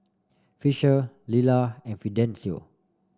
fisher Lila and Fidencio